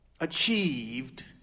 Achieved